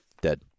dead